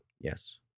Yes